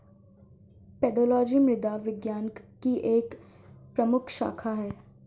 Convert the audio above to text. pedology मृदा विज्ञान की एक प्रमुख शाखा है